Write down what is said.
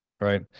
right